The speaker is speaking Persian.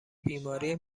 بیماری